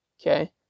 Okay